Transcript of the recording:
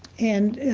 and